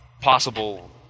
possible